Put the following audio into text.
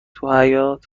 حیاط